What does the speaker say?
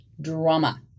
drama